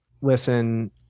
listen